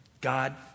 God